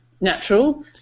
natural